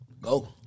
Go